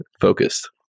focused